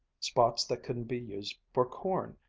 spots that couldn't be used for corn,